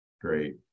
Great